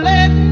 Let